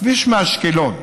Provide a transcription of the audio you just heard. הכביש מאשקלון,